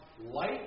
light